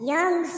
Young